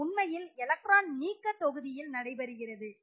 இது உண்மையில் எலக்ட்ரான் நீக்க தொகுதியில் நடைபெறுகிறது